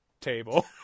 table